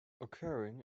occurring